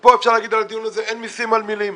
כאן אפשר לומר על הדיון הזה שאין מסים על מילים.